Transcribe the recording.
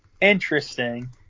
Interesting